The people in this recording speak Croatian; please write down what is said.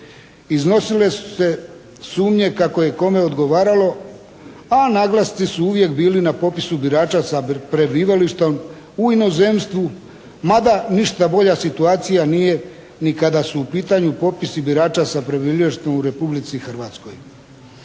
Iznosile su se sumnje kako je kome odgovaralo, a naglasci su uvijek bili na popisu birača sa prebivalištom u inozemstvu mada ništa bolja situacija nije ni kada su u pitanju popisi birača sa prebivalištem u Republici Hrvatskoj.